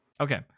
okay